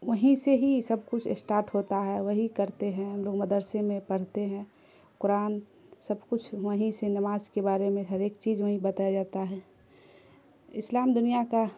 وہیں سے ہی سب کچھ اسٹاٹ ہوتا ہے وہی کرتے ہیں ہم لوگ مدرسے میں پڑھتے ہیں قرآن سب کچھ وہیں سے نماز کے بارے میں ہر ایک چیز وہیں بتایا جاتا ہے اسلام دنیا کا